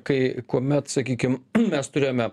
kai kuomet sakykim mes turėjome